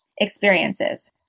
experiences